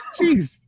jeez